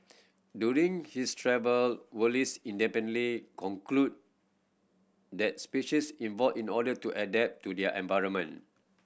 during his travel Wallace independently concluded that species evolve in order to adapt to their environment